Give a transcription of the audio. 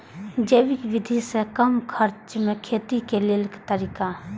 जैविक विधि से कम खर्चा में खेती के लेल तरीका?